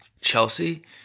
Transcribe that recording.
Chelsea